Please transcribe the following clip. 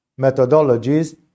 methodologies